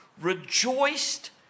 Rejoiced